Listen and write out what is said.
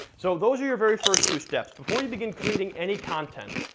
so those are your very first two steps. before you begin creating any content,